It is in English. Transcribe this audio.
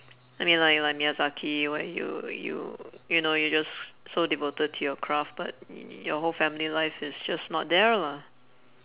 I mean like like miyazaki where you you you know you just so devoted to your craft but y~ your whole family life is just not there lah